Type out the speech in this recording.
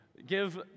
Give